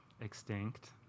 Extinct